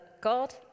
God